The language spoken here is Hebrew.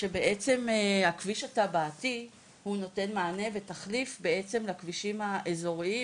שבעצם הכביש התב"עתי הוא זה שנותן בעצם מענה ותחליף לכבישים האזוריים